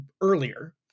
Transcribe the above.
earlier